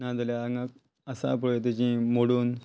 नाजाल्यार हांगा आसा पळय तेजे मोडून